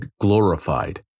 glorified